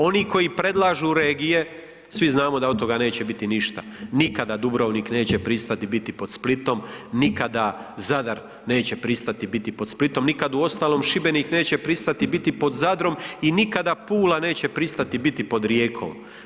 Oni koji predlažu regije, svi znamo da od toga neće biti ništa, nikada Dubrovnik neće pristati biti pod Splitom, nikada Zadar neće pristati biti pod Splitom, nikad uostalom Šibenik neće pristati biti pod Zadrom i nikada Pula neće pristati biti pod Rijekom.